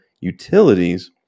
utilities